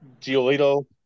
Giolito